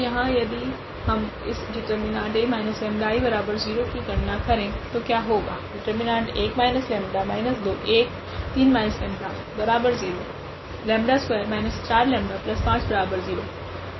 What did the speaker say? तो यहाँ यदि हम इस detA 𝜆I0 की गणना करे तो क्या होगा